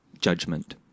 judgment